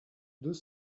deux